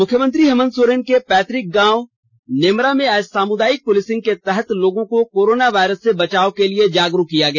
मुख्यमंत्री हेमंत सोरेन के पैतृक गांव नेमरा में आज सामुदायिक पुलिसिंग के तहत लोगों को कोरोना वायरस से बचाव के लिए जागरूक किया गया